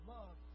Love